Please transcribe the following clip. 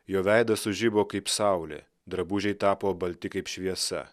jo veidas sužibo kaip saulė drabužiai tapo balti kaip šviesa